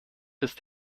ist